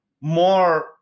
more